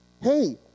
hey